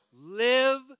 live